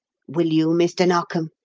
will you, mr. narkom?